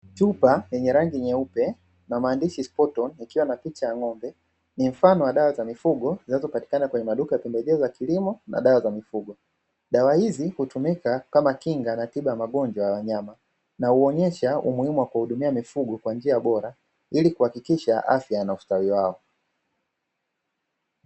Chupa yenye rangi nyeupe na maandishi "SPOT ON", yakiwa na picha ya ng'ombe. Ni mfano wa dawa za mifugo zinazopatikana kwenye maduka ya pembejeo za kilimo na dawa za mifugo. Dawa hizi hutumika kama kinga na tiba ya magonjwa ya wanyama, na huonyesha umuhimu wa kuhudumia mifugo kwa njia bora, ili kuhakikisha afya na ustawi wao.